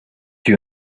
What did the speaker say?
you